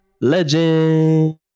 Legend